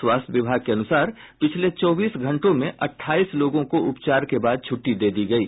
स्वास्थ्य विभाग के अनुसार पिछले चौबीस घंटों में अट्ठाईस लोगों को उपचार के बाद छुट्टी दे दी गयी